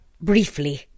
briefly